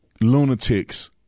lunatics